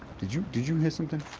did you, did you hear something?